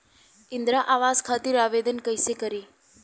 इंद्रा आवास खातिर आवेदन कइसे करि?